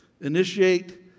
initiate